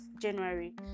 January